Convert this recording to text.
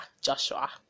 Joshua